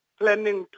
planning